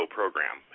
program